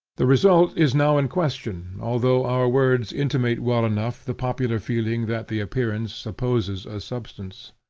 the result is now in question, although our words intimate well enough the popular feeling that the appearance supposes a substance.